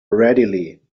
readily